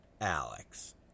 Alex